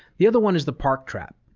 the other one is the parc trap,